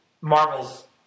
Marvel's